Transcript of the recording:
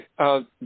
Okay